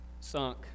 sunk